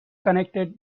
connected